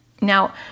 Now